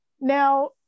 Now